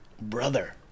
brother